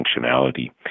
functionality